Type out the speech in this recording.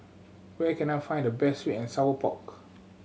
where can I find the best sweet and sour pork